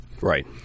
Right